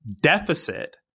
deficit